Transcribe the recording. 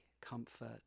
comfort